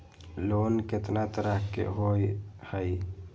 Loan केतना तरह के होअ हई?